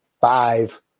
five